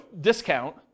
discount